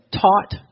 taught